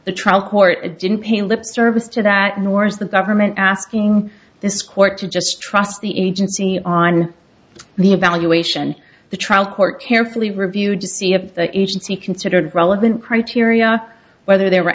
the trial court didn't pay lip service to that nor is the government asking this court to just trust the agency on the evaluation the trial court carefully reviewed to see if the agency considered relevant criteria whether there were